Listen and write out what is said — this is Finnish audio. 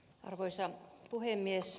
arvoisa puhemies